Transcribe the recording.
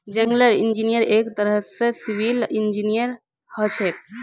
जंगलेर इंजीनियर एक तरह स सिविल इंजीनियर हछेक